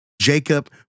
Jacob